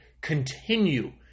continue